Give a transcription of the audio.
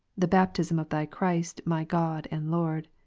the baptism of thy christ my god and lord.